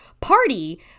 Party